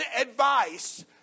advice